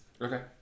Okay